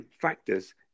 factors